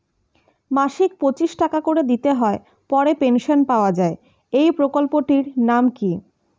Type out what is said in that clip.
মাসিক পঁচিশ টাকা করে দিতে হয় পরে পেনশন পাওয়া যায় এই প্রকল্পে টির নাম কি?